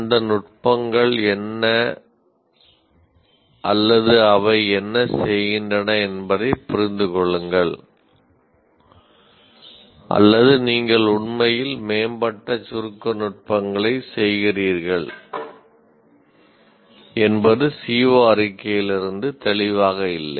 அந்த நுட்பங்கள் என்ன அல்லது அவை என்ன செய்கின்றன என்பதைப் புரிந்து கொள்ளுங்கள் அல்லது நீங்கள் உண்மையில் மேம்பட்ட சுருக்க நுட்பங்களைச் செய்கிறீர்கள் என்பது CO அறிக்கையிலிருந்து தெளிவாக இல்லை